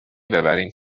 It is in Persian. ببریم